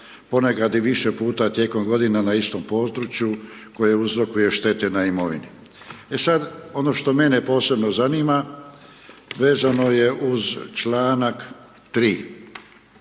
ponekad i više puta tijekom godine na istom području koje uzrokuje štete na imovini. E sad, ono što mene posebno zanima vezano je uz čl. 3.